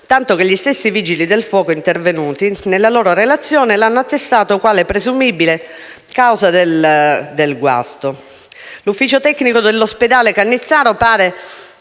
tanto che gli stessi vigili del fuoco intervenuti, nella loro relazione, l'hanno attestato quale presumibile causa del sinistro. L'ufficio tecnico dell'ospedale Cannizzaro pare